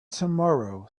tomorrow